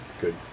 good